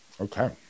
okay